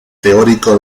teórico